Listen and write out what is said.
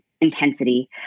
intensity